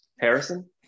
harrison